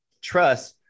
trust